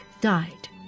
died